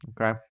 Okay